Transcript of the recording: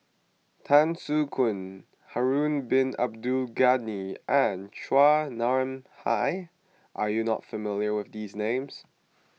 Tan Soo Khoon Harun Bin Abdul Ghani and Chua Nam Hai are you not familiar with these names